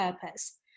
purpose